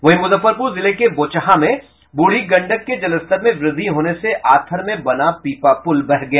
वहीं मुजफ्फरपुर जिले के बोचहा में बूढ़ी गंडक के जलस्तर में वृद्धि होने से आथर में बना पीपा पुल बह गया